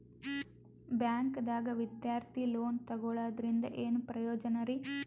ಬ್ಯಾಂಕ್ದಾಗ ವಿದ್ಯಾರ್ಥಿ ಲೋನ್ ತೊಗೊಳದ್ರಿಂದ ಏನ್ ಪ್ರಯೋಜನ ರಿ?